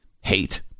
hate